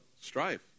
strife